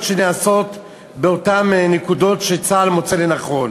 שנעשות באותן נקודות שצה"ל מוצא לנכון.